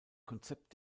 konzept